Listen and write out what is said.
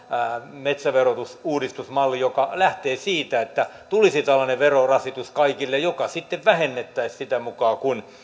metsäverotusuudistusmallin joka lähtee siitä että tulisi tällainen verorasitus kaikille joka sitten vähennettäisiin sitä mukaa kun